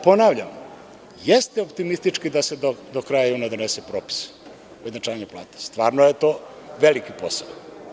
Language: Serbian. Ponavljam, jeste optimistički da se do kraja juna donese propis o ujednačavanju plata, stvarno je to velikiposao.